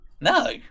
No